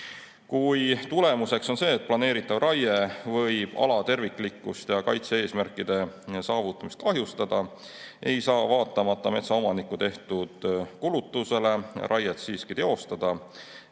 Kui tulemuseks on see, et planeeritav raie võib ala terviklikkust ja kaitse-eesmärkide saavutamist kahjustada, ei saa vaatamata metsaomaniku tehtud kulutusele raiet siiski teostada